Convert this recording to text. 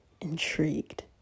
intrigued